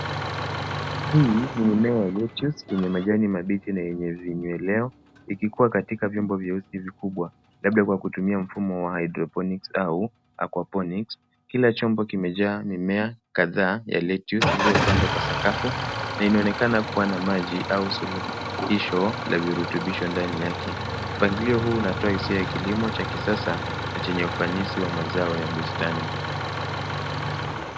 Hii ni mimea ya lettuce yenye majani mabichi na yenye vimelewa ikikua katika vyombo vyeusi vikubwa. labda kwa kutumia mfumo wa hydrophonics au aquaphonics . Kila chombo kimejaa mimea kadhaa ya lettuce iliyopandwa kwa sakafu na inaonekana kuwa na maji au suluhisho la virutubisho ndani yake. Mpangilio huu unatoa hisia ya kilimo cha kisasa na chenye ufanisi wa mazao ya bustani.